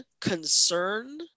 concern